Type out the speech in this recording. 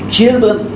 Children